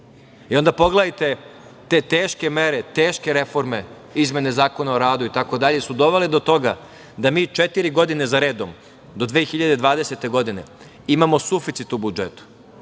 i onda pogledajte te teške mere, teške reforme, izmene Zakona o radu itd. koje su dovele do toga da mi četiri godine za redom do 2020. godine imamo suficit u budžetu.